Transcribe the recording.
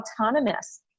autonomous